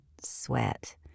sweat